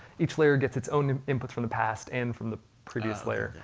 each layer gets its own inputs from the past, and from the previous layer.